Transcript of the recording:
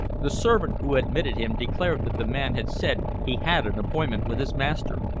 the servant who admitted him declared that the man had said he had an appointment with his master,